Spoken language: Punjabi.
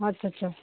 ਅੱਛਾ ਅੱਛਾ